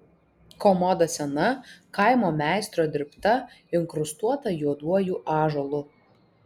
komoda sena kaimo meistro dirbta inkrustuota juoduoju ąžuolu